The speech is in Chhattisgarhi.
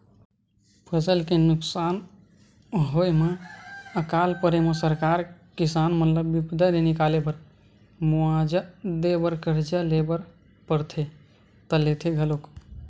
फसल के नुकसान होय म अकाल परे म सरकार किसान मन ल बिपदा ले निकाले बर मुवाजा देय बर करजा ले बर परथे त लेथे घलोक